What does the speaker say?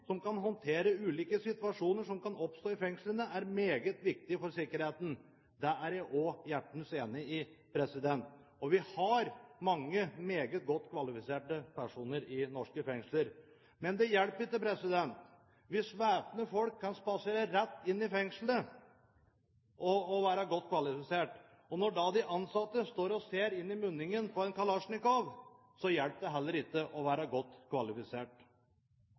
som kan håndtere ulike situasjoner som kan oppstå i fengslene er meget viktig for sikkerheten.» Det er jeg også hjertens enig i, og vi har mange meget godt kvalifiserte personer i norske fengsler. Men det hjelper ikke å være godt kvalifisert hvis væpnede folk kan spasere rett inn i fengselet. Når da de ansatte står og ser inn i munningen på en kalasjnikov, hjelper det heller ikke å være godt kvalifisert.